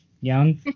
young